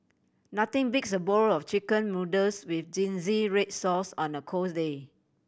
nothing beats a bowl of Chicken Noodles with zingy red sauce on a cold day